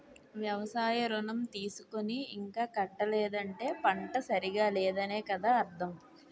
వ్యవసాయ ఋణం తీసుకుని ఇంకా కట్టలేదంటే పంట సరిగా లేదనే కదా అర్థం